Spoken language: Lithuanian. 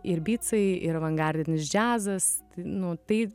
ir bycai ir avangardinis džiazas nu tai